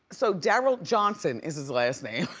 so darryl johnson is his last name